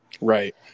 Right